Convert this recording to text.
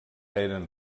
eren